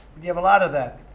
but you have a lot of that.